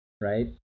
right